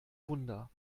wunder